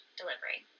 delivery